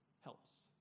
helps